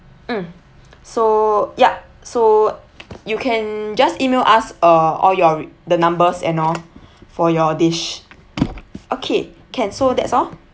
mm so yup so you can just email us uh all your re~ the numbers and all for your dish okay can so that's all